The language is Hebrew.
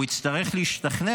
והוא יצטרך להשתכנע,